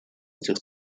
этих